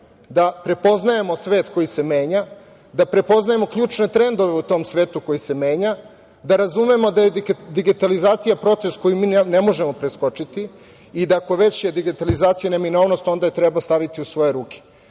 da prepoznajemo svet koji se menja, da prepoznajemo ključne trendove u tom svetu koji se menja, da razumemo da je digitalizacija proces koji mi ne možemo preskočiti i da ako je već digitalizacija neminovnost onda je treba staviti u svoje ruke. Na